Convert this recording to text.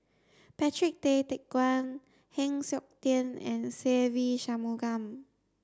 Patrick Tay Teck Guan Heng Siok Tian and Se Ve Shanmugam